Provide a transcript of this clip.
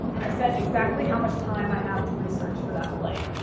i set exactly how much time i have to research for that play,